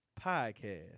podcast